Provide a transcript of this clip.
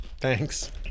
Thanks